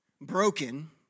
broken